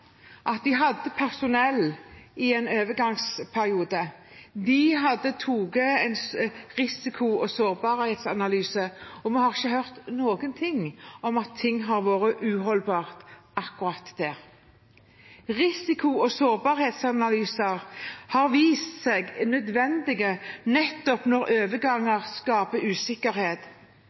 at de hadde personell i en overgangsperiode. De hadde tatt en risiko- og sårbarhetsanalyse, og vi har ikke hørt noe om at situasjonen har vært uholdbar akkurat der. Risiko- og sårbarhetsanalyser har vist seg nødvendig nettopp når overganger skaper usikkerhet.